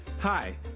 Hi